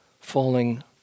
falling